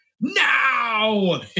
Now